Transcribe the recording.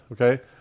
okay